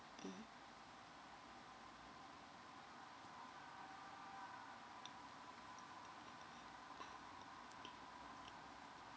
mmhmm